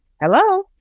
hello